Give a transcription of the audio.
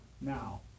now